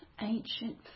ancient